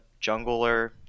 jungler